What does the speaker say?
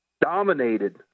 dominated